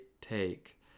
take